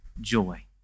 joy